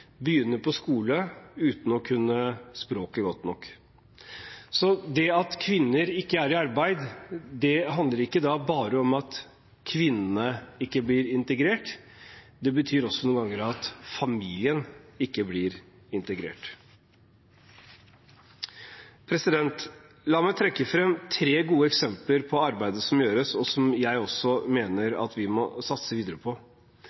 på skole uten å kunne språket godt nok. Det at kvinner ikke er i arbeid, handler ikke bare om at kvinnene ikke blir integrert, det betyr også noen ganger at familien ikke blir integrert. La meg trekke fram tre gode eksempler på arbeidet som gjøres, og som jeg også mener at vi må satse videre på.